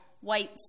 White